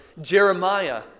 Jeremiah